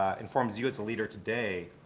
informs you as a leader today,